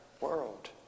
world